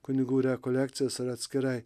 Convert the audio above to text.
kunigų rekolekcijas ar atskirai